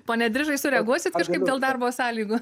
pone drižai sureaguosit kažkaip dėl darbo sąlygų